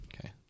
Okay